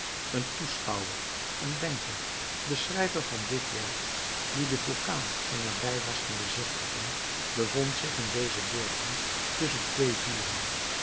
een toeschouwer een denker de schrijver van dit werk die den vulkaan van nabij was gaan bezichtigen bevond zich in dezen doorgang tusschen twee vuren